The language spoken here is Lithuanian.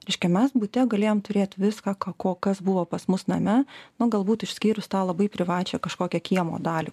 reiškia mes bute galėjom turėt viskąką ko kas buvo pas mus name nu galbūt išskyrus tą labai privačią kažkokią kiemo dalį